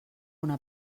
una